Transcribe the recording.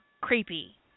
creepy